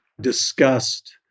discussed